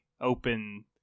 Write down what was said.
open